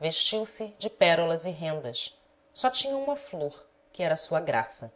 vestiu-se de pérolas e rendas só tinha uma flor que era a sua graça